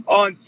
on